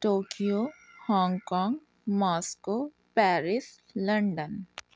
Tokyo Hong Kong Moscow Paris London